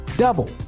Double